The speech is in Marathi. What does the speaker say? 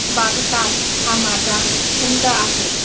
बागकाम हा माझा छंद आहे